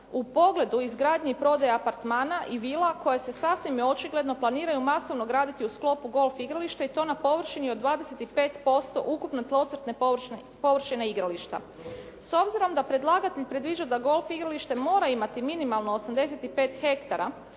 u pogledu izgradnje i prodaje apartmana i vila koje se sasvim očigledno planiraju masovno graditi u sklopu golf igrališta i to na površini od 25% ukupne tlocrtne površine igrališta. S obzirom da predlagatelj predviđa da golf igralište mora imati minimalno 85 hektara